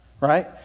Right